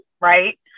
right